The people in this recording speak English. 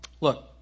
look